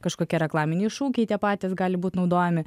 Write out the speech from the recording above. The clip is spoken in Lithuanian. kažkokie reklaminiai šūkiai tie patys gali būt naudojami